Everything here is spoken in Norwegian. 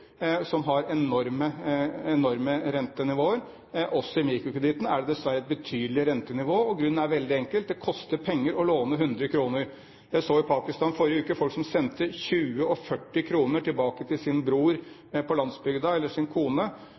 som har enorme rentenivåer. Også innen mikrokreditt er det et betydelig rentenivå, og grunnen er veldig enkel: Det koster penger å låne 100 kr. Jeg så i Pakistan i forrige uke folk som sendte 20 og 40 kr tilbake til sin bror eller sin kone på landsbygda.